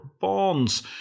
bonds